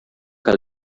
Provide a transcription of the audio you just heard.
que